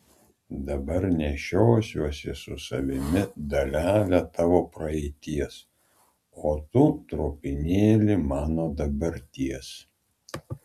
dabar nešiosiuosi su savimi dalelę tavo praeities o tu trupinėlį mano dabarties